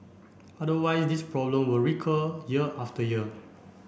otherwise this problem will recur year after year